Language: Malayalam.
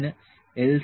ഇതിന് L